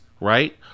right